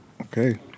Okay